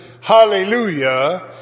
hallelujah